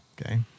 Okay